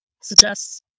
suggests